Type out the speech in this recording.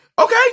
Okay